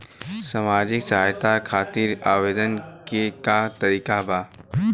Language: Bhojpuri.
सामाजिक सहायता खातिर आवेदन के का तरीका बा?